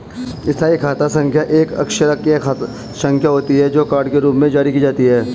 स्थायी खाता संख्या एक अक्षरांकीय संख्या होती है, जो कार्ड के रूप में जारी की जाती है